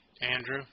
Andrew